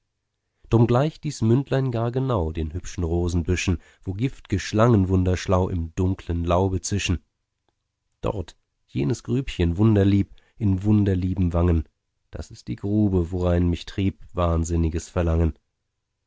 drum gleicht dies mündlein gar genau den hübschen rosenbüschen wo giftge schlangen wunderschlau im dunklen laube zischen dort jenes grübchen wunderlieb in wunderlieben wangen das ist die grube worein mich trieb wahnsinniges verlangen